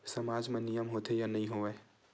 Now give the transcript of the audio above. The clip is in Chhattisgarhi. सामाज मा नियम होथे या नहीं हो वाए?